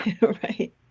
Right